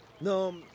No